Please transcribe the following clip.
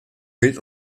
mild